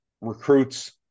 recruits